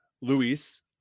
Luis